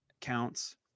counts